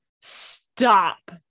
stop